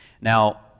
Now